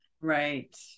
Right